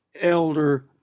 elder